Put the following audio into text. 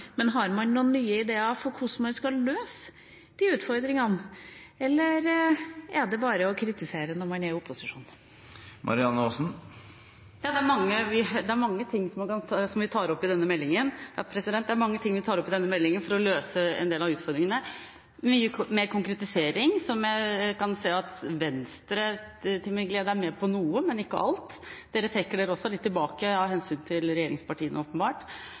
Men har man noen nye ideer for hvordan man skal løse utfordringene? Eller er det bare å kritisere når man er i opposisjon? Det er mange ting som vi tar opp i denne meldingen for å løse en del av utfordringene. Det er mye mer konkretisering, og jeg kan se at Venstre til min glede er med på noe, men ikke alt. De trekker seg også litt tilbake, av hensyn til regjeringspartiene, åpenbart.